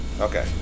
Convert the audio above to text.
Okay